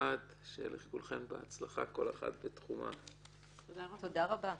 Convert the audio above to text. צו סדר הדין הפלילי (תיקון התוספת השלישית והרביעית),